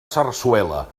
sarsuela